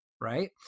right